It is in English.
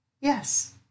Yes